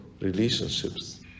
relationships